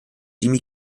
jimmy